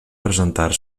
presentar